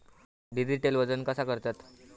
Digital वजन कसा करतत?